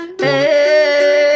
Hey